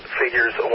figures